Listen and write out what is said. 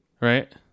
Right